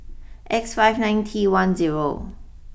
X five nine T one zero